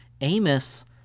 Amos